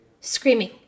screaming